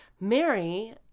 Mary